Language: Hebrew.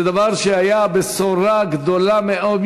זה היה בשורה גדולה מאוד.